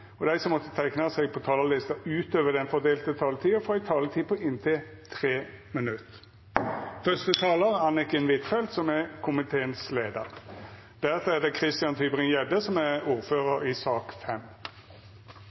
og dei som måtte teikna seg på talarlista utover den fordelte taletida, får ei taletid på inntil 3 minutt. I midten av desember 1957 var det i Oslo, som